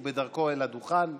הוא בדרכו אל הדוכן,